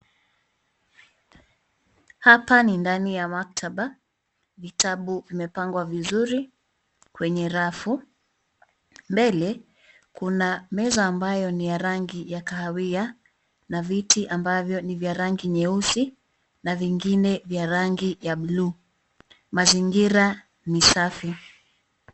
Hapa ni ndani ya maktaba. Vitabu vimepangwa vizuri kwenye rafu. Mbele kuna meza ambayo ni ya rangi ya kahawia na viti ambavyo ni vya rangi nyeusi na vingine vya rangi ya bluu. Mazingira ni safi.